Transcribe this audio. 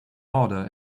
order